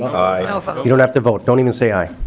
you don't have to vote don't and say aye.